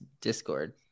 discord